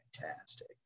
fantastic